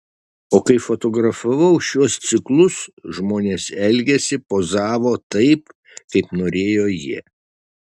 o kai fotografavau šiuos ciklus žmonės elgėsi pozavo taip kaip norėjo jie